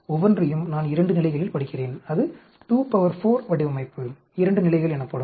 ஒவ்வொன்றையும் நான் 2 நிலைகளில் படிக்கிறேன் அது 24 வடிவமைப்பு 2 நிலைகள் எனப்படும்